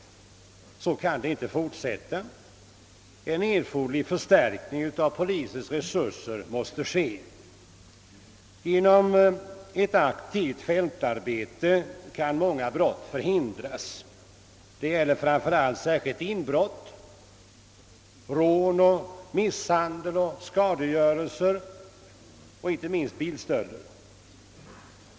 Så kan det inte få fortsätta. En erforderlig förstärkning av polisens resurser måste ske. Genom ett aktivt fältarbete kan många brott förhindras. Det gäller särskilt inbrott, rån, misshandel, skadegörelse och inte minst bilstölder.